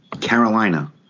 Carolina—